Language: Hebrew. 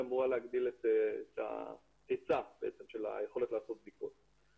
שאמורה להגדיל את ההיצע של היכולת לעשות בדיקות.